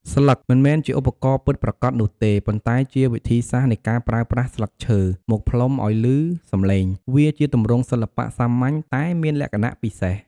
ស្លឹក មិនមែនជាឧបករណ៍ពិតប្រាកដនោះទេ ប៉ុន្តែជាវិធីសាស្រ្តនៃការប្រើប្រាស់ ស្លឹកឈើ មកផ្លុំឲ្យឮសំឡេង វាជាទម្រង់សិល្បៈសាមញ្ញតែមានលក្ខណៈពិសេស។